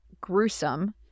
gruesome